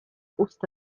usta